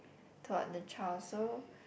toward the child so